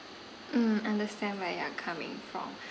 mm understand where you are coming from